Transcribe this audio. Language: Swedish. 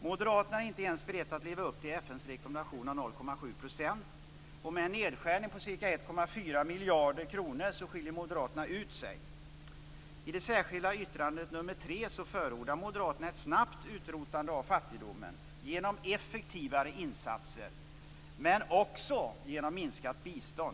Moderaterna är inte ens beredda att leva upp till FN:s rekommendation om 0,7 %. Med en nedskärning om ca 1,4 miljarder kronor skiljer moderaterna ut sig. I det särskilda yttrandet nr 3 förordar moderaterna ett snabbt utrotande av fattigdomen genom effektivare insatser men också genom minskat bistånd.